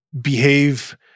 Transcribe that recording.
behave